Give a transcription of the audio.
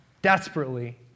desperately